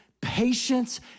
patience